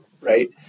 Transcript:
right